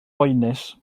boenus